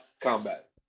combat